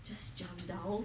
just jump down